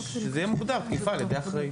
וזה יהיה מוגדר תקיפה על ידי אחראי.